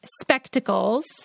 spectacles